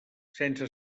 sense